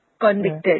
convicted